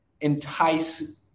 entice